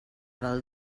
del